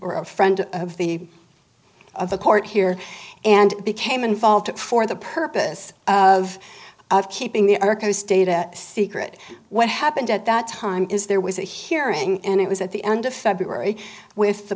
or a friend of the of the court here and became involved for the purpose of keeping the archives data secret what happened at that time is there was a hearing and it was at the end of february with the